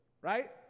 Right